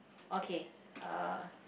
okay uh